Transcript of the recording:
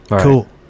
Cool